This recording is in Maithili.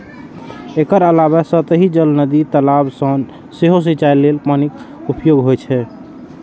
एकर अलावे सतही जल, नदी, तालाब सं सेहो सिंचाइ लेल पानिक उपयोग होइ छै